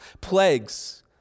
plagues